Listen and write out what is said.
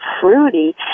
fruity